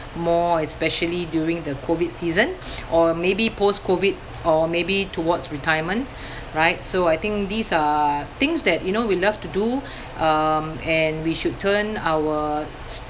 more especially during the COVID season or maybe post COVID or maybe towards retirement right so I think these are things that you know we love to do um and we should turn our